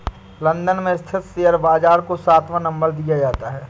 London में स्थित share बाजार को सातवां नम्बर दिया जाता है